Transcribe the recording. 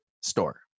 store